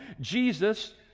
Jesus